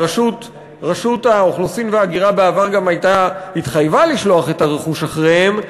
ורשות האוכלוסין וההגירה בעבר גם התחייבה לשלוח את הרכוש אחריהם,